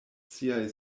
siaj